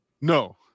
No